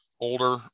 older